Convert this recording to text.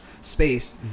space